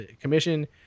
commission